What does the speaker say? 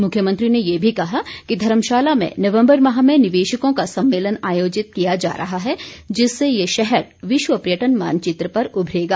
मुख्यमंत्री ने ये भी कहा कि धर्मशाला में नवम्बर माह में निवेशकों का सम्मेलन आयोजित किया जा रहा है जिससे ये शहर विश्व पर्यटन मानचित्र पर उभरेगा